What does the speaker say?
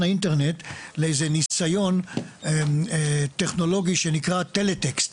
האינטרנט לניסיון טכנולוגי שנקרא טלטקסט,